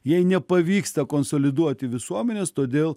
jai nepavyksta konsoliduoti visuomenės todėl